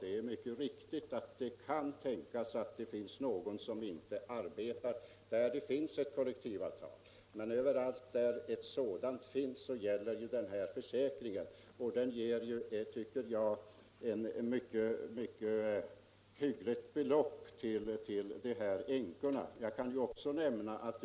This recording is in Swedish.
Det är riktigt att det finns anställda som inte arbetar under kollektivavtal, men överallt där man har ett sådant avtal gäller denna försäkring och ger, som jag ser det, ett hyggligt belopp till dessa änkor.